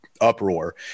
uproar